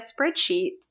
spreadsheet